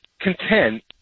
content